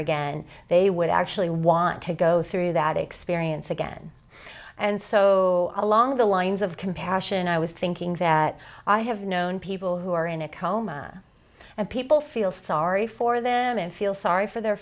again they would actually want to go through that experience again and so along the lines of compassion i was thinking that i have known people who are in a coma and people feel sorry for them and feel sorry for their